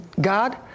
God